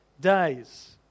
days